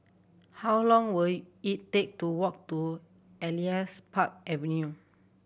how long will it take to walk to Elias Park Avenue